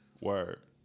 Word